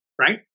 right